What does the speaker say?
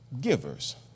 givers